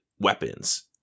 weapons